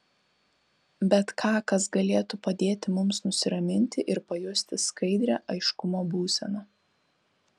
bet ką kas galėtų padėti mums nusiraminti ir pajusti skaidrią aiškumo būseną